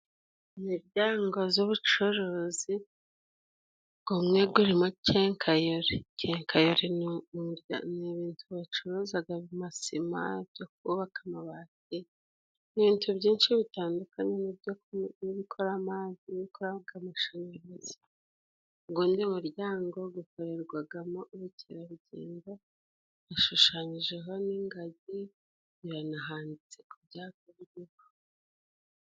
Imiryango z'ubucuruzi, gumwe gurimo Kenkayeri. Kenkayeri ni ibintu bacuruzaga mu masima, byo kubaka amabati, ibintu byinshi bitandukanye n'ibikora amazi, n'ibikoraga amashanyarazi. Ugundi muryango gukorerwagamo ubukerarugendo, gushushanyijeho n'ingagi, biranahanditse ku byapa biriho.